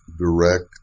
direct